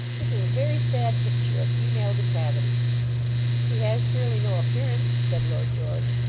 this is a very sad picture of female depravity he has surely no appearance said lord george,